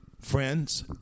Friends